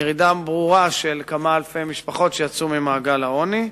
ירידה ברורה של כמה אלפי משפחות שיצאו ממעגל העוני.